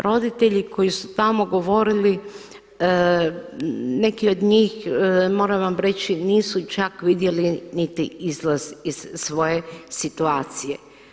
Roditelji koji su tamo govorili neki od njih moram vam reći nisu čak vidjeli niti izlaz iz svoje situacije.